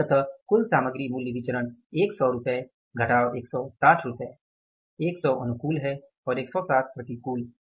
तो अंततः सामग्री मूल्य विचरण 100 रुपए - 160 रुपए 100 अनुकूल है और 160 प्रतिकूल